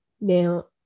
Now